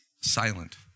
silent